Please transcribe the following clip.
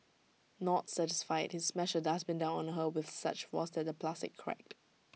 not satisfied he smashed A dustbin down on her with such force that the plastic cracked